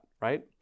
right